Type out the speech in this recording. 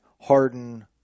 Harden